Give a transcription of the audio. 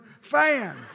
fan